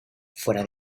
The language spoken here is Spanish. fuera